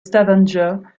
stavanger